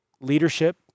leadership